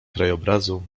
krajobrazu